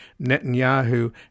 Netanyahu